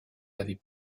avez